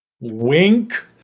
Wink